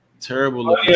terrible